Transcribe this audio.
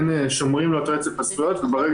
כן שומרים לו את רצף הזכויות וברגע